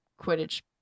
quidditch